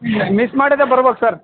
miss ಮಾಡದೆ ಬರ್ಬೇಕು sir